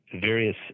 various